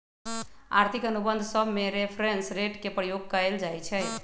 आर्थिक अनुबंध सभमें रेफरेंस रेट के प्रयोग कएल जाइ छइ